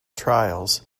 trials